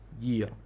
year